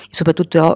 soprattutto